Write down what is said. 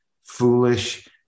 foolish